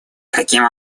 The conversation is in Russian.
каким